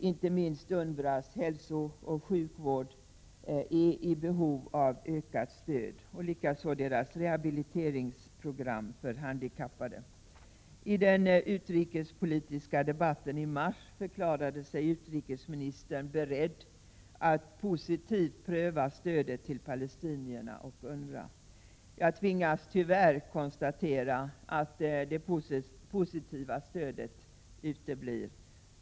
Inte minst UNRWA:s hälsooch sjukvård är i behov av ökat stöd, och detsamma gäller dess rehabiliteringsprogram för handikappade. I den utrikespolitiska debatten i mars förklarade sig utrikesministern beredd att positivt pröva stödet till palestinierna och UNRWA. Jag tvingas tyvärr konstatera att detta positiva stöd uteblir.